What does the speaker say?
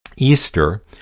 Easter